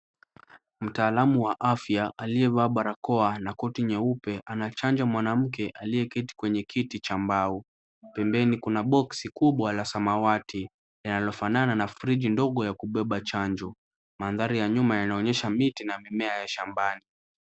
Mtaalamu wa afya aliyevaa barakoa n koti nyeupe, anachanja mwanamke aliyeketi kwenye kiti cha mbao. Pembeni kuna boksi kubwa la samawati, linalofanana na friji ndogo ya kubeba dawa. Mandhari ya nyuma yanaonyesha miti na mimea ya shambani.